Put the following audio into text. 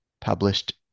published